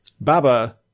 Baba